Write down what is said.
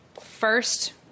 first